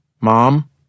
Mom